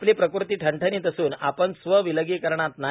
आपली प्रकृती ठणठणीत असून आपण स्व विलगीकरणात नाही